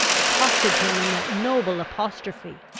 accosted him in that noble apostrophe,